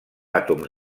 àtoms